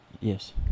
Yes